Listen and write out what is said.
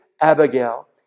Abigail